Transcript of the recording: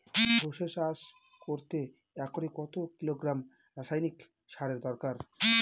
সরষে চাষ করতে একরে কত কিলোগ্রাম রাসায়নি সারের দরকার?